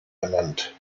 benannt